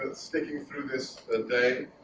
and sticking through this ah day.